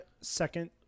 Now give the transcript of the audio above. second